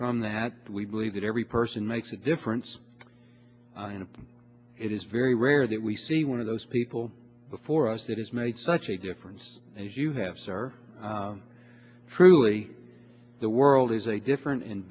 from that we believe that every person makes a difference and it is very rare that we see one of those people before us that has made such a difference as you have sir truly the world is a different